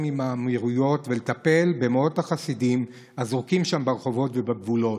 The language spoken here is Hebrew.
עם האמירויות ולטפל במאות החסידים הזרוקים שם ברחובות ובגבולות,